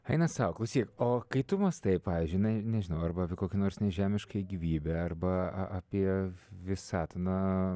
eina sau klausyk o kai tu mąstai pavyzdžiui na nežinau arba apie kokią nors nežemiškąją gyvybę arba a apie visat na